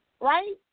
Right